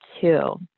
two